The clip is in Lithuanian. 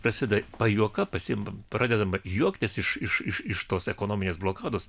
prasideda pajuoka pasiima pradedama juoktis iš iš tos ekonominės blokados